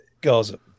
Gaza